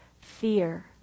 fear